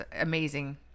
amazing